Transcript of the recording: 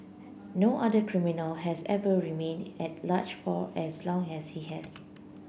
no other criminal has ever remained at large for as long as he has